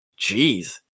Jeez